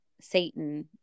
satan